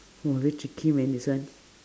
oh very tricky man this one